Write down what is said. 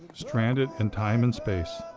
stranded in time and space,